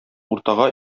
уртага